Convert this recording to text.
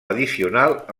addicional